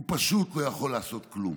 הוא פשוט לא יכול לעשות כלום.